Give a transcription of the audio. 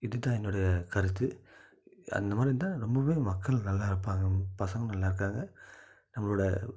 இதுதான் என்னுடைய கருத்து அந்தமாதிரி இருந்தால் ரொம்பவே மக்கள் நல்லாயிருப்பாங்க பசங்கள் நல்லாயிருக்காங்க நம்மளோட